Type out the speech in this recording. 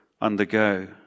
undergo